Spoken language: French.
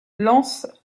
lance